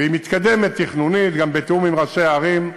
והיא מתקדמת, תכנונית, גם בתיאום עם ראשי העיר,